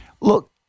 Look